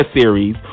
series